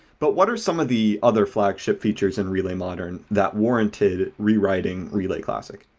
but what are some of the other flagship features in relay modern that warranted rewriting relay classic?